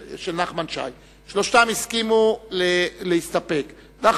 שלושתם הסכימו להסתפק בדברי השר,